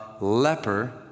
leper